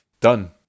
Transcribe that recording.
Done